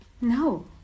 no